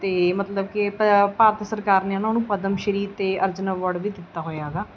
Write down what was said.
ਅਤੇ ਮਤਲਬ ਕਿ ਪ ਭਾਰਤ ਸਰਕਾਰ ਨੇ ਉਨ੍ਹਾਂ ਨੂੰ ਪਦਮ ਸ਼੍ਰੀ ਅਤੇ ਅਰਜੁਨ ਅਵਾਰਡ ਵੀ ਦਿੱਤਾ ਹੋਇਆ ਹੈਗਾ